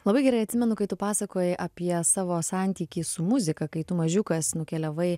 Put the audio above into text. labai gerai atsimenu kai tu pasakojai apie savo santykį su muzika kai tu mažiukas nukeliavai